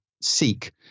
seek